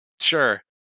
sure